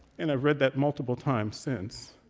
and i've read that multiple times since,